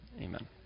amen